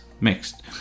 mixed